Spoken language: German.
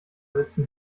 setzen